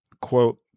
quote